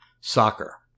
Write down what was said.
soccer